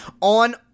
on